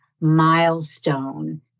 milestone